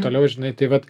toliau žinai tai vat